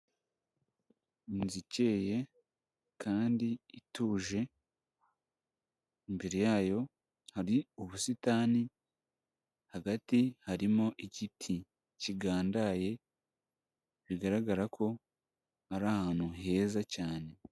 Inzu ikeye kandi ituje, imbere yayo hari ubusitani, hagati harimo igiti kigandaye, bigaragara ko ari ahantu heza cyane.